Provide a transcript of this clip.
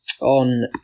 on